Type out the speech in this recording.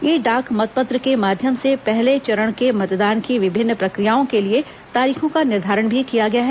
ई डाक मतपत्र के माध्यम से पहले चरण के मतदान की विभिन्न प्रक्रियाओं के लिए तारीखों का निर्धारण भी किया गया है